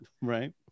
Right